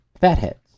Fatheads